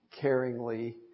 caringly